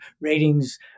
ratings